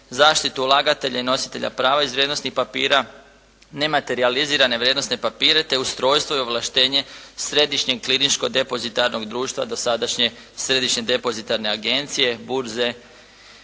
zaštitu ulagatelja i nositelja prava iz vrijednosnih papira, nematerijalizirane vrijednosne papire, te ustrojstvo i ovlaštenje središnjeg kliničko-depozitarnog društva dosadašnje Središnje depozitarne agencije, burze.